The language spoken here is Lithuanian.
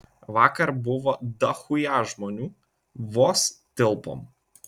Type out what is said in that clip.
vakar buvo dachuja žmonių vos tilpom